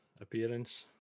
appearance